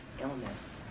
illness